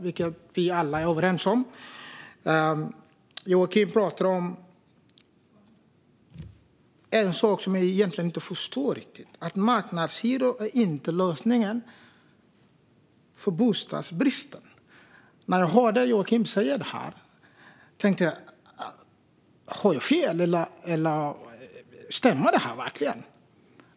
Det är vi alla överens om. Men Joakim talade också om en sak som jag egentligen inte riktigt förstår. Han sa att marknadshyror inte är lösningen på bostadsbristen. När jag hörde Joakim säga det tänkte jag: Har jag fel? Stämmer det här verkligen?